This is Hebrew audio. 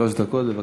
שלוש דקות, בבקשה.